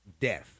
death